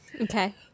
Okay